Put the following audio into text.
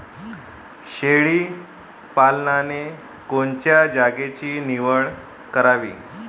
शेळी पालनाले कोनच्या जागेची निवड करावी?